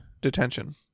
Detention